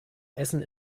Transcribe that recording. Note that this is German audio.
essen